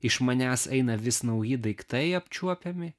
iš manęs eina vis nauji daiktai apčiuopiami